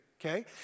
okay